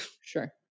sure